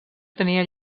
tenia